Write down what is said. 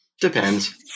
Depends